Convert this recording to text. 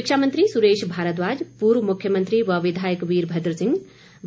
शिक्षा मंत्री सुरेश भारद्वाज पूर्व मुख्यमंत्री व विधायक वीरमद्र सिंह